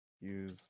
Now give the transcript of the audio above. use